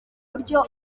buryo